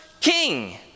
king